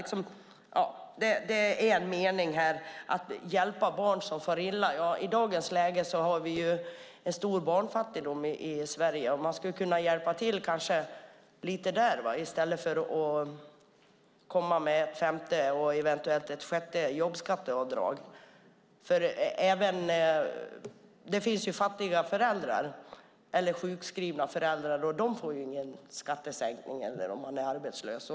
Det finns en mening här om att man ska hjälpa barn som far illa. Ja, i dagens läge har vi en stor barnfattigdom i Sverige. Man skulle kanske kunna hjälpa till lite där i stället för att komma med ett femte och eventuellt ett sjätte jobbskatteavdrag. Det finns fattiga föräldrar eller sjukskrivna föräldrar. De får ingen skattesänkning - det får man inte heller om man är arbetslös.